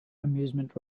amusement